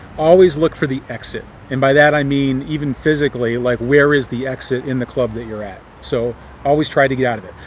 always look for the exit. and by that i mean even physically. like, where is the exit in the club that youire at? so always try to get out of it.